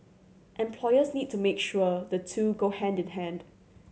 employers need to make sure the two go hand in hand